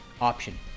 option